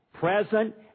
present